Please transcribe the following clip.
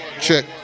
check